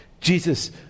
Jesus